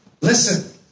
Listen